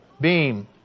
beam